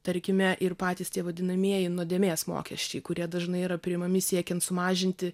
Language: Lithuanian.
tarkime ir patys tie vadinamieji nuodėmės mokesčiai kurie dažnai yra priimami siekiant sumažinti